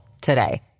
today